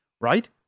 right